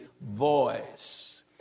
voice